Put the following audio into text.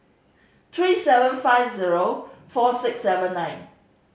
three seven five zero four six seven nine